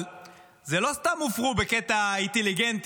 אבל זה לא סתם הופרו בקטע אינטליגנטי,